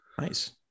Nice